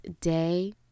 day